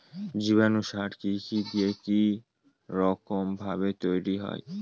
জীবাণু সার কি কি দিয়ে কি রকম ভাবে তৈরি হয়?